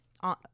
on